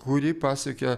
kuri pasiekė